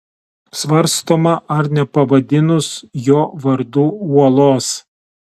svarstoma ar nepavadinus jo vardu uolos